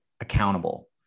accountable